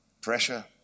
pressure